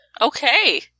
Okay